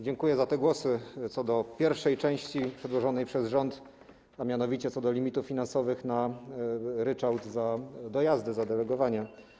Dziękuję za te głosy na temat pierwszej części przedłożonej przez rząd, a mianowicie na temat limitów finansowych na ryczałt za dojazdy, za delegowanie.